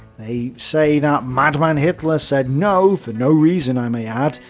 they say that madman hitler said no for no reason, i may add.